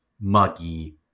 muggy